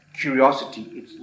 curiosity